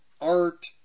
art